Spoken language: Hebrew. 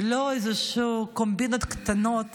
ולא איזשהן קומבינות קטנות